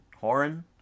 Horan